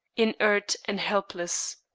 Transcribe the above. inert and helpless.